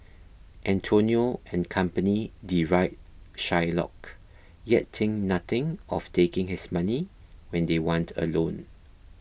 Antonio and company deride Shylock yet think nothing of taking his money when they want a loan